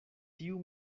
tiu